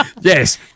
Yes